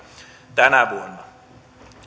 tänä vuonna